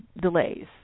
delays